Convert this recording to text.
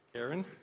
Karen